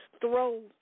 throws